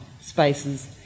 spaces